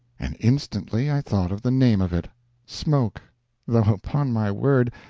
and instantly i thought of the name of it smoke though, upon my word,